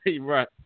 Right